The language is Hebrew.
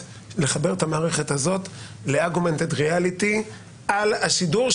לחבר את המערכת הזאת ל-augmented reality על השידור,